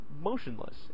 Motionless